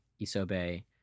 Isobe